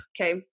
Okay